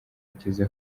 ageze